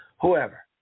whoever